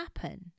happen